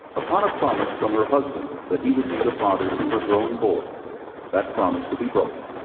upon a promise from her husband that he would be the father to her growing boy that promise to be broken,